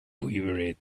quivered